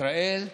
ישראל,